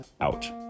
out